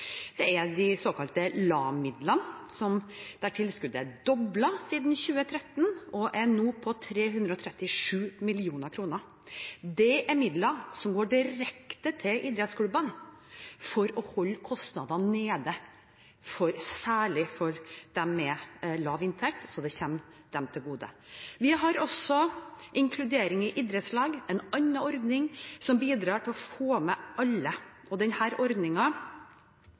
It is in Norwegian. Det er de såkalte LAM-midlene, der tilskuddet er doblet siden 2013 og nå er på 337 mill. kr. Det er midler som går direkte til idrettsklubbene for å holde kostnadene nede, særlig for dem med lav inntekt, så det kommer dem til gode. Vi har også Inkludering i idrettslag, en annen ordning som bidrar til å få med alle.